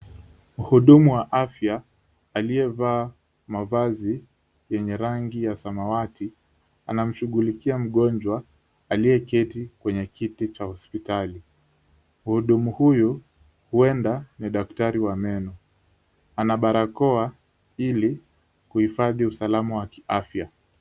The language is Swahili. Muhudumu wa afya aliyevaa mavazi yenye rangi ya samawati, anamshughulikia mgonjwa aliyeketi kwenye kiti cha hospitali. Muhudumu huyu huenda ni daktari wa meno. Ana barakoa ili kuhifadhi usalama wa kiafya.